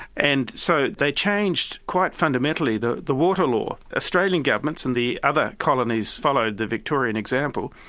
and so they changed quite fundamentally the the water law. australian governments and the other colonies followed the victorian example,